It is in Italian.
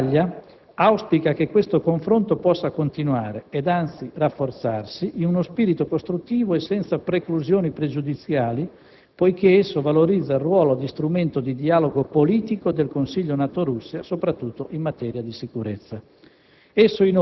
L'Italia auspica che questo confronto possa continuare ed anzi rafforzarsi, in uno spirito costruttivo e senza preclusioni pregiudiziali, poiché esso valorizza il ruolo di strumento di dialogo politico del Consiglio NATO-Russia, soprattutto in materia di sicurezza.